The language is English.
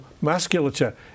musculature